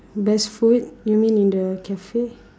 best food you mean in the cafe